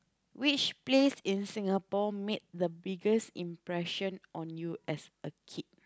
which place in Singapore made the biggest impression on you as a kid